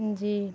جی